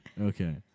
Okay